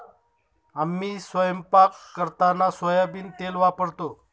आम्ही स्वयंपाक करताना सोयाबीन तेल वापरतो